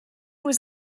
was